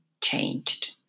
changed